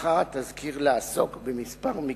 בחר התזכיר לעסוק בכמה מקרים.